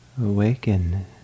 awaken